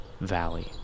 valley